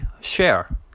Share